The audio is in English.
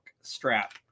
strap